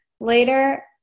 later